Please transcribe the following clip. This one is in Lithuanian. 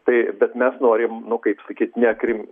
tai bet mes norim nu kaip sakyt nekrim